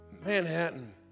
Manhattan